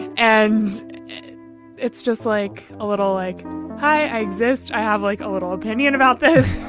and it's just like a little like hi i exist. i have like a little opinion about this